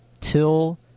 till